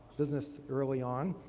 business early on.